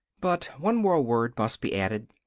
but one more word must be added.